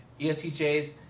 ESTJs